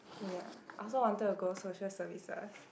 ya I also wanted to go social services